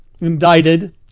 indicted